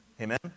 Amen